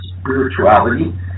spirituality